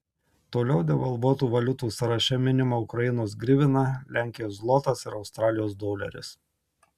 toliau devalvuotų valiutų sąraše minima ukrainos grivina lenkijos zlotas ir australijos doleris